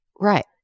Right